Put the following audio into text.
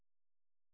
ಸರಿ ರೀ ಸರಿ